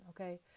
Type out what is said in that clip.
okay